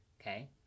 okay